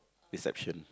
reception